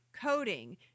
coding